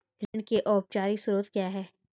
ऋण के अनौपचारिक स्रोत क्या हैं?